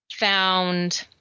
found